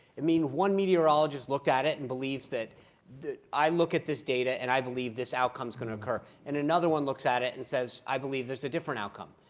i mean one meteorologist looked at it and believes that that i look at this data, and i believe this outcome is going to occur. and another one looks at it and says, i believe there's a different outcome.